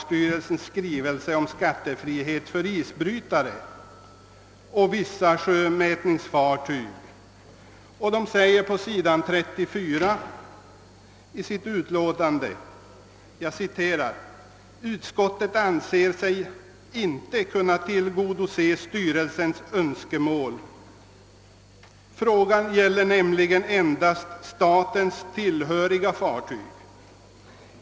styrelsens skrivelse om skattefrihet för isbrytare och vissa sjömätningsfartyg och skriver på s. 34: »Utskottet anser sig inte kunna tillgodose styrelsens önskemål. Frågan gäller nämligen endast staten tillhöriga fartyg.